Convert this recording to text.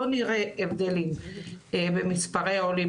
לא נראה הבדלים במספרי העולים,